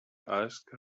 asked